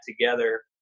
together